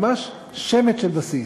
ממש שמץ של בסיס.